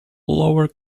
lower